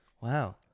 Wow